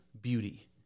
beauty